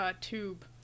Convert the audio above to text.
tube